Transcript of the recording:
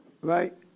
Right